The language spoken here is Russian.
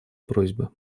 просьбы